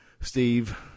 Steve